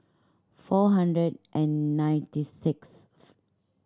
four hundred and ninety sixth